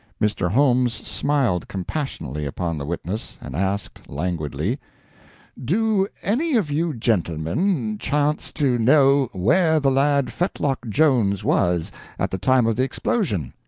mr. holmes smiled compassionately upon the witness, and asked, languidly do any of you gentlemen chance to know where the lad fetlock jones was at the time of the explosion?